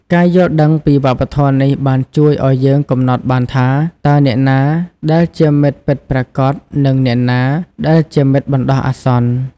ការយល់ដឹងពីវប្បធម៌នេះបានជួយឲ្យយើងកំណត់បានថា តើអ្នកណាដែលជាមិត្តពិតប្រាកដនិងអ្នកណាដែលជាមិត្តបណ្ដោះអាសន្ន។